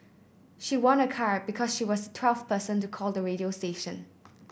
she won a car because she was twelfth person to call the radio station